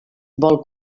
vol